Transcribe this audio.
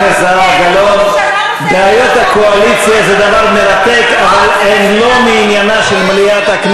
32 בעד, 12 מתנגדים, אין נמנעים.